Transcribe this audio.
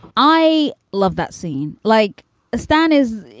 i love that scene like istan is.